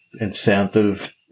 incentive